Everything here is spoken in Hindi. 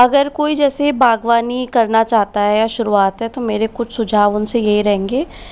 अगर कोई जैसे बागवानी करना चाहता है शुरुआत है तो मेरे कुछ सुझाव उसने यह रहेंगे